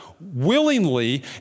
willingly